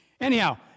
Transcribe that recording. Anyhow